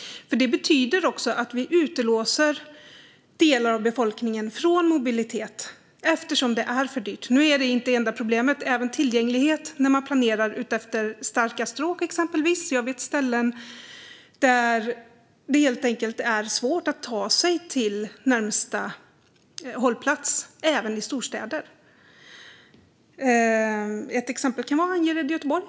Det betyder ju också att vi utelåser delar av befolkningen från mobilitet, eftersom det är för dyrt. Nu är detta inte det enda problemet - även tillgänglighet är ett problem när man exempelvis planerar efter starka stråk. Jag vet ställen där det helt enkelt är svårt att ta sig till närmaste hållplats, även i storstäder. Ett exempel kan vara Angered i Göteborg.